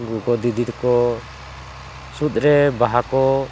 ᱜᱚᱜᱚ ᱫᱤᱫᱤ ᱛᱟᱠᱚ ᱥᱩᱫᱽ ᱨᱮ ᱵᱟᱦᱟ ᱠᱚ